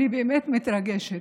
אני באמת מתרגשת,